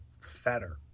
fatter